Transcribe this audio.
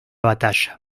batalla